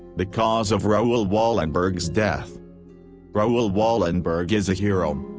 the cause of raoul wallenberg's death raoul wallenberg is a hero.